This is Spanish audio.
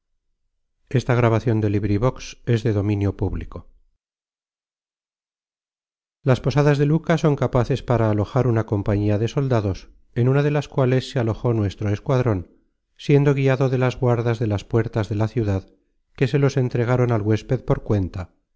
las posadas de luca son capaces para alojar una compañía de soldados en una de las cuales se alojó nuestro escuadron siendo guiado de las guardas de las puertas de la ciudad que se los entregaron al huésped por cuenta